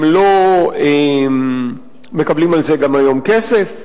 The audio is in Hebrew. הם לא מקבלים על זה גם היום כסף,